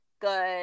good